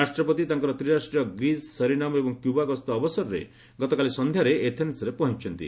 ରାଷ୍ଟ୍ରପତି ତାଙ୍କର ତ୍ରିରାଷ୍ଟ୍ରୀୟ ଗ୍ରୀସ୍ ସରିନାମ ଏବଂ କ୍ୟୁବା ଗସ୍ତ ଅବସରରେ ଗତକାଲି ସନ୍ଧ୍ୟାରେ ଏଥେନୁରେ ପହଞ୍ଚିଛନ୍ତି